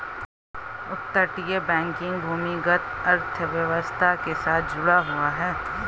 अपतटीय बैंकिंग भूमिगत अर्थव्यवस्था के साथ जुड़ा हुआ है